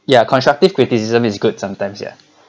ya constructive criticism is good sometimes ya